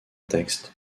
textes